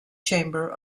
chamber